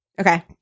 Okay